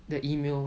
the email